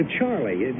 Charlie